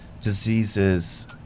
diseases